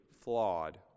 flawed